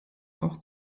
auch